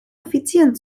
offizieren